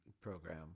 program